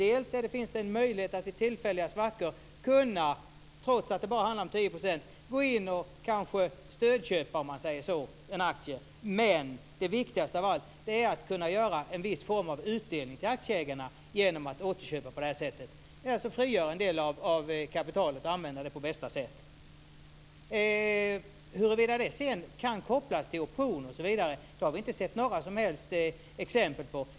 Det finns en möjlighet att vid tillfälliga svackor, trots att det bara handlar om 10 %, gå in och kanske stödköpa en aktie. Men det viktigaste av allt är att kunna göra en viss form av utdelning till aktieägarna genom att återköpa, alltså att frigöra en del av kapitalet och använda det på bästa sätt. Huruvida det sedan kan kopplas till optioner osv. har vi inte sett några som helst exempel på.